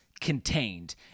Contained